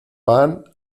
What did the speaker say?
pan